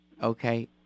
Okay